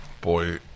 Boy